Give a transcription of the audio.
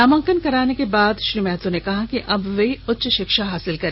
नामांकन कराने के बाद श्री महतो ने कहा कि अब वे उच्च शिक्षा हासिल करेंगे